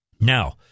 Now